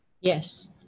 Yes